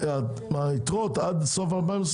היתרות עד סוף 22'